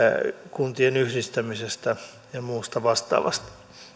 kuntien yhdistämisestä ja muusta vastaavasta